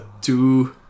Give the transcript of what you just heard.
two